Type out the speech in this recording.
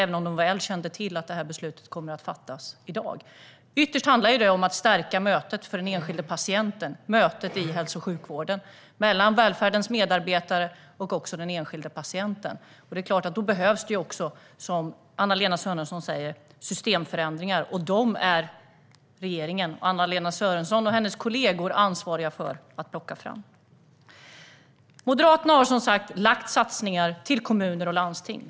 De känner ju ändå till vilket beslut som kommer att fattas i dag. Ytterst handlar detta om att för den enskilda patienten stärka mötet med välfärdens medarbetare i hälso och sjukvården. Då behövs såklart systemförändringar, vilket Anna-Lena Sörenson också säger. Dem har regeringen, Anna-Lena Sörenson och hennes kollegor, ansvaret för att plocka fram. Moderaterna har som sagt presenterat satsningar på kommuner och landsting.